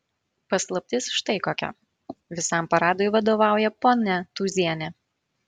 paslaptis štai kokia visam paradui vadovauja ponia tūzienė